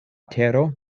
tero